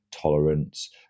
tolerance